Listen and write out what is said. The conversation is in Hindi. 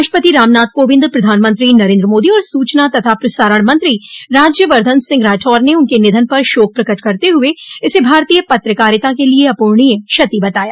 राष्ट्रपति रामनाथ कोविंद प्रधानमंत्री नरेन्द्र मोदी और सूचना तथा प्रसारण मंत्री राज्यवर्द्वन सिंह राठौड़ ने उनके निधन पर शोक प्रकट करते हुए इसे भारतीय पत्रकारिता के लिए अपूरणीय क्षति बताया